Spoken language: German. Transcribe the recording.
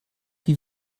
wie